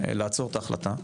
לעצור את ההחלטה,